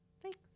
thanks